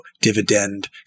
dividend